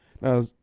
Now